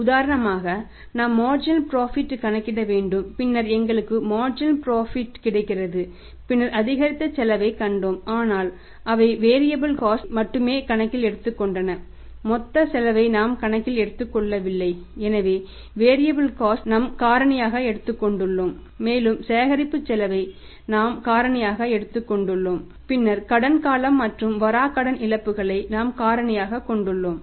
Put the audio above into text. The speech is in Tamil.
உதாரணமாக நாம் மார்ஜினல் புரோஃபிட் நாம்காரணியாகக் கொண்டுள்ளோம் மேலும் சேகரிப்பு செலவை நாம்காரணியாகக் கொண்டுள்ளோம் பின்னர் கடன் காலம் மற்றும் வராக்கடன் இழப்புகளை நாம்காரணியாகக் கொண்டுள்ளோம்